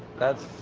that's